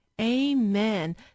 Amen